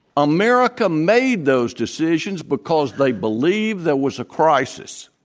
america made those decisions because they believed there was a crisis.